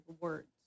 words